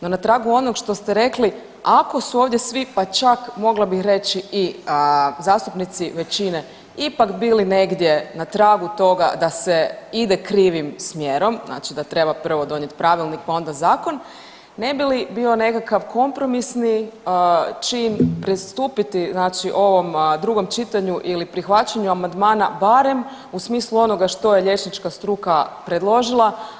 No, na tragu onog što ste rekli, ako su ovdje svi pa čak mogla bih reći i zastupnici većine ipak bili negdje na tragu toga da se ide krivim smjerom, znači da treba prvo donijeti pravilnik pa onda zakon, ne bi li bio nekakav kompromisni čin pristupiti znači ovom drugom čitanju ili prihvaćanja amandmana barem u smislu onoga što je liječnika struka predložila.